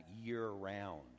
year-round